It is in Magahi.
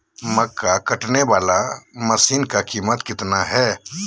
मक्का कटने बाला मसीन का कीमत कितना है?